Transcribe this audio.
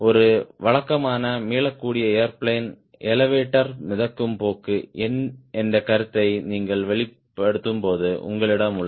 ஒரு வழக்கமான மீளக்கூடிய ஏர்பிளேன் எலெவடோர் மிதக்கும் போக்கு என்ற கருத்தை நீங்கள் வெளிப்படுத்தும்போது உங்களிடம் உள்ளது